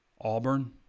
Auburn